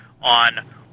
on